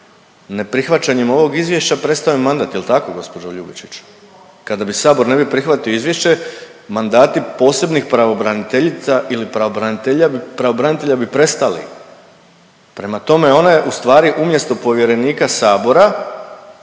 neprihvaćanjem ovog izvješća prestaje joj mandat. Jel tako gospođo Ljubičić? Kada bi sabor ne bi prihvatio izvješće mandati posebnih pravobraniteljica ili pravobranitelja bi prestali. Prema tome, ona je u stvari umjesto povjerenika sabora,